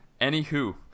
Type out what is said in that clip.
Anywho